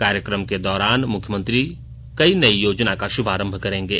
कार्यक्रम के दौरान मुख्यमंत्री कई नई योजना का शुभारंभ करेंगे